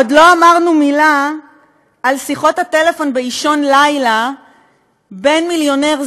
עוד לא אמרנו מילה על שיחות הטלפון באישון לילה בין מיליונר,